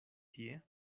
tie